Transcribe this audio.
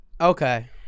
Okay